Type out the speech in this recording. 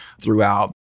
throughout